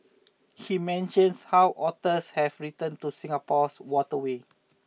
he mentions how otters have returned to Singapore's waterways